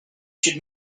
should